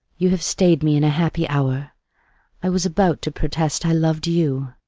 you have stayed me in a happy hour i was about to protest i loved you.